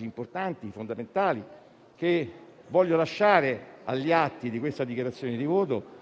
importanti e fondamentali che voglio lasciare agli atti di questa dichiarazione di voto.